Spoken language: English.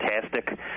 Fantastic